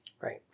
Right